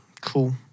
Cool